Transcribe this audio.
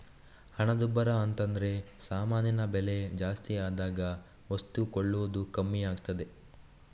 ಹಣದುಬ್ಬರ ಅಂತದ್ರೆ ಸಾಮಾನಿನ ಬೆಲೆ ಜಾಸ್ತಿ ಆದಾಗ ವಸ್ತು ಕೊಳ್ಳುವುದು ಕಮ್ಮಿ ಆಗ್ತದೆ